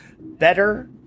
better